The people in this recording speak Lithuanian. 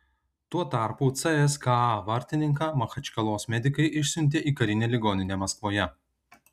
tuo tarpu cska vartininką machačkalos medikai išsiuntė į karinę ligoninę maskvoje